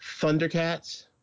Thundercats